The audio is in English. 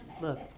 look